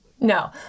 No